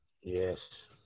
Yes